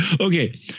Okay